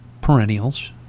perennials